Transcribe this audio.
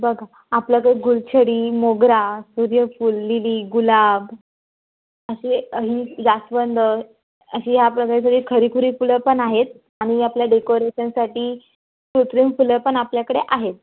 बघा आपल्याकड गुलछडी मोगरा सूर्यफूल लिली गुलाब असे आणि जास्वंद असे याप्रकारचे खरीखुरी फुलं पण आहेत आणि आपल्या डेकोरेशनसाठी कृत्रिम फुलं पण आपल्याकडं आहेत